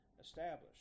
established